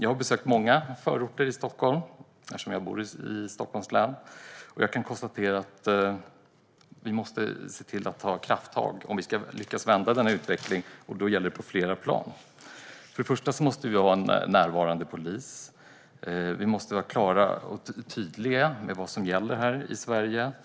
Eftersom jag bor i Stockholms län har jag besökt många Stockholmsförorter, och jag menar att vi måste ta krafttag på flera plan om vi ska lyckas vända denna utveckling. Först och främst måste vi ha en närvarande polis. Vi måste också vara klara och tydliga med vad som gäller i Sverige.